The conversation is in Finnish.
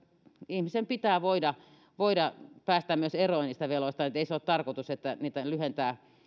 ihmisen pitää voida voida päästä myös eroon niistä veloista ei se ole tarkoitus että niitä lyhentää